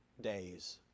days